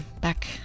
back